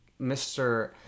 Mr